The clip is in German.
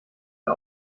der